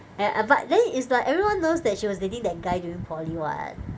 and uh but then it's like everyone knows that she was dating that guy during poly what